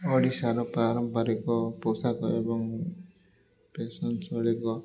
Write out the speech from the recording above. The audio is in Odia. ଓଡ଼ିଶାର ପାରମ୍ପାରିକ ପୋଷାକ ଏବଂ ଫେସନ୍ ଶୈଳୀକୁ